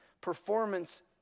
performance